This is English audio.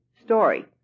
story